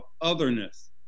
otherness